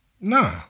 Nah